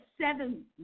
seven